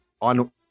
on